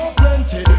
plenty